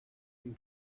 can